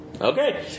Okay